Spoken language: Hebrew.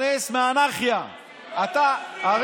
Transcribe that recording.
אתה מתפרנס מהאנרכיה.